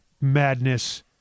madness